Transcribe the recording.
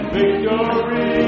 Victory